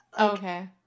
Okay